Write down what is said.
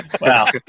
Wow